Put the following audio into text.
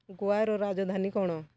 ଗୋଆର ରାଜଧାନୀ କଣ